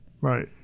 Right